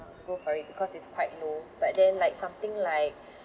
uh go for it because it's quite low but then like something like